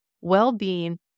well-being